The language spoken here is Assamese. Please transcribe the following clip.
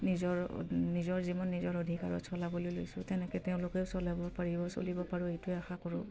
নিজৰ নিজৰ জীৱন নিজৰ অধিকাৰত চলাবলৈ লৈছোঁ তেনেকে তেওঁলোকেও চলাব পাৰিব চলিব পাৰোঁ এইটোৱে আশা কৰোঁ